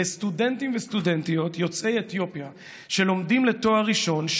לסטודנטים וסטודנטיות יוצאי אתיופיה שלומדים לתואר ראשון,